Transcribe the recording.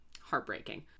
Heartbreaking